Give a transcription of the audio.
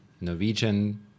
Norwegian